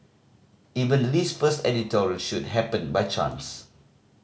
even Lee's first editorial shoot happened by chance